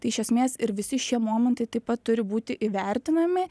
tai iš esmės ir visi šie momentai taip pat turi būti įvertinami